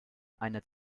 eine